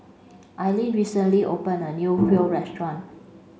Aileen recently opened a new Pho Restaurant